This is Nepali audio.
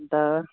अन्त